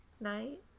Night